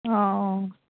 অঁ